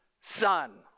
son